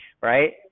right